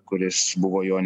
kuris buvo jo